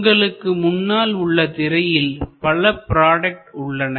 உங்களுக்கு முன்னால் உள்ள திரையில் பல ப்ராடக்ட் உள்ளன